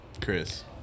Chris